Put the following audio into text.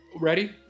ready